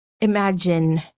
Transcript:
imagine